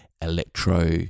electro